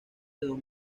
don